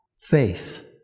faith